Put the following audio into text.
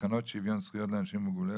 תקנות שוויון זכויות לאנשים עם מוגבלויות